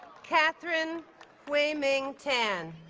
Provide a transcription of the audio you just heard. catherine hwei ming tan